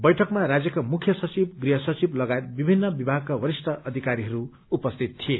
वैठकमा राज्यका मुख्यसचिव गृह सचिव लगयत विभिन्न विभागका वरिष्ठ अधिकारी उपस्थित यिए